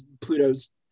Pluto's